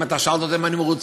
אתה שאלת אותי אם אני מרוצה.